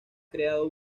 creado